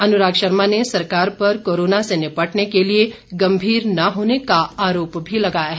अनुराग शर्मा ने सरकार पर कोरोना से निपटने के लिए गम्भीर न होने का आरोप भी लगाया है